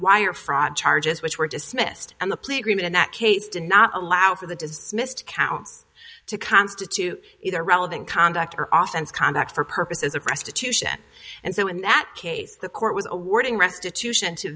wire fraud charges which were dismissed and the plea agreement in that case did not allow for the dismissed counts to constitute either relevant conduct or office conduct for purposes of restitution and so in that case the court was awarding restitution to